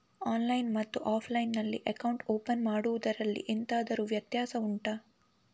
online ಮತ್ತು offline ನಲ್ಲಿ account open ಮಾಡುವುದರಲ್ಲಿ ಎಂತಾದರು ವ್ಯತ್ಯಾಸ ಉಂಟಾ